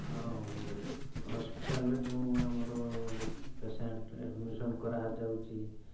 ଆଉ ହସ୍ପିଟାଲ୍ରେ ଯେଉଁ ଆମର ପେସେଣ୍ଟ୍ ଆଡ଼ମିସନ୍ କରାଯାଉଛି